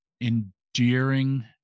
endearing